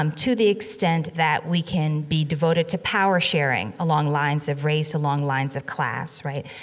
um to the extent that we can be devoted to power sharing along lines of race, along lines of class, right?